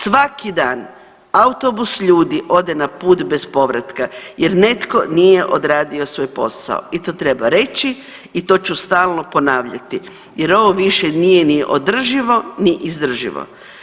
Svaki dan autobus ljudi ode na put bez povratka jer netko nije odradio svoj posao i to treba reći i to ću stalno ponavljati jer ovo više nije ni održivo ni izdrživo.